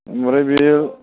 ओमफ्राय बे